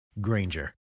granger